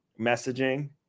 messaging